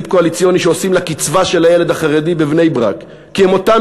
קואליציוני שעושים לקצבה של הילד החרדי בבני-ברק כי הם אותם